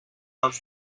els